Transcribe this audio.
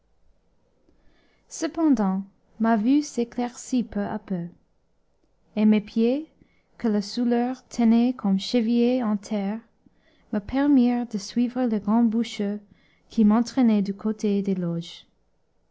cependant ma vue s'éclaircit peu à peu et mes pieds que la souleur tenait comme chevillés en terre me permirent de suivre le grand bûcheux qui m'entraînait du côté des loges